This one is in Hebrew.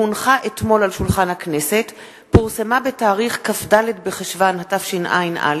פורסמה בכ"ד בחשוון התשע"א,